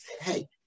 hey